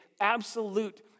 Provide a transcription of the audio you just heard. absolute